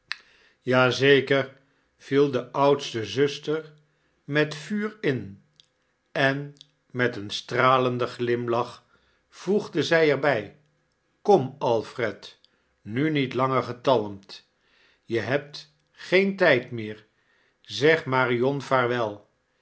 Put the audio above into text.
zeker viel de oudste zuster met vuur in en met een stralenden glimlach voegde zij er bij kcan alfred nu niet langer getalmd je hebt gieen tajd meer zeg marion vaarwel